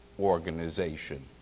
organization